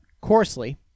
coarsely